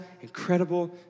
incredible